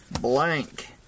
blank